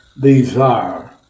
desire